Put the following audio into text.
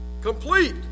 Complete